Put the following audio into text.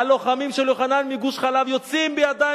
הלוחמים של יוחנן מגוש-חלב יוצאים בידיים